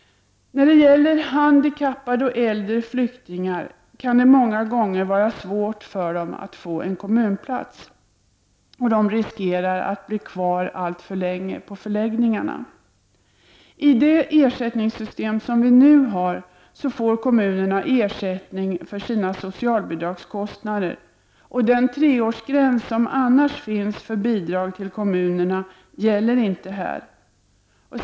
När det gäller handikappade och äldre flyktingar kan det många gånger vara svårt för dem att få en kommunplats, och de riskerar att bli kvar alltför länge på förläggningarna. I det ersättningssystem som vi nu har får kommunerna ersättning för sina socialbidragskostnader. Den treårsgräns som finns för kommunernas bidrag gäller inte här.